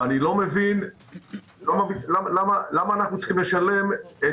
ואיני מבין למה אנחנו צריכים לשלם את